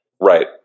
right